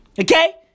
Okay